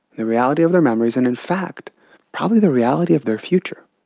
the reality of their memories, and in fact probably the reality of their future,